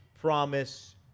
promise